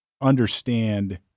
understand